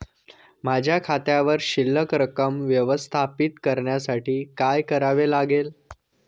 माझ्या खात्यावर शिल्लक रक्कम व्यवस्थापित करण्यासाठी काय करावे लागेल?